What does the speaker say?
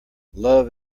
love